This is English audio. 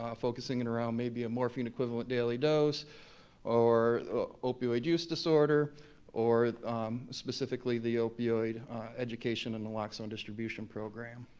focusing in around maybe a morphine-equivalent daily dose or opioid use disorder or specifically the opioid education and naloxone distribution program.